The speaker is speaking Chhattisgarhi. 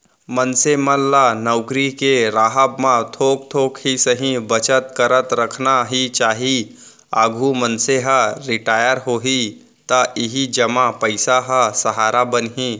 मनसे मन ल नउकरी के राहब म थोक थोक ही सही बचत करत रखना ही चाही, आघु मनसे ह रिटायर होही त इही जमा पइसा ह सहारा बनही